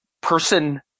person